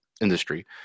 industry